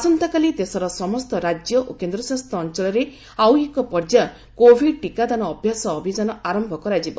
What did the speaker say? ଆସନ୍ତାକାଲି ଦେଶର ସମସ୍ତ ରାଜ୍ୟ ଓ କେନ୍ଦ୍ରଶାସିତ ଅଞ୍ଚଳରେ ଆଉ ଏକ ପର୍ଯ୍ୟାୟ କୋଭିଡ୍ ଟିକାଦାନ ଅଭ୍ୟାସ ଅଭିଯାନ ଆରମ୍ଭ କରାଯିବ